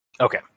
Okay